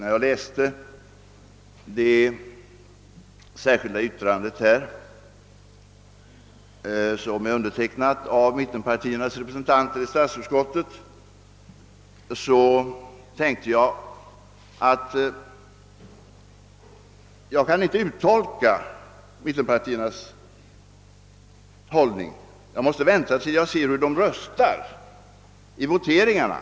När jag läste det särskilda yttrandet, som är avgivet av mittenpartiernas representanter i statsutskottet, fann jag att jag inte kunde uttolka deras hållning utan måste vänta tills jag ser hur de röstar i voteringarna.